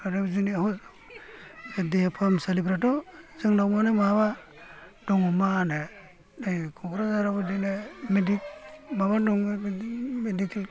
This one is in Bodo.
आरो जोंनि देहा फाहामसालिफ्राथ' जोंनाव माने माबा दङ मा होनो नै क'क्राझारआव बिदिनो माबा दं मेदिकेल